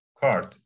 card